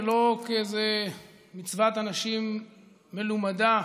ולא כאיזו מצוות אנשים מלומדה.